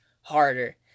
harder